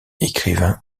écrivain